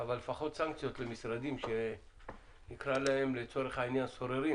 אבל לפחות סנקציות למשרדים שנקרא להם לצורך העניין 'סוררים',